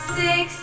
six